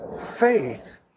Faith